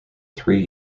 three